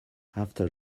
after